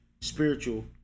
spiritual